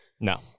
No